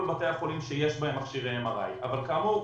בתי החולים שיש בהם מכשירי MRI. כאמור,